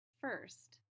First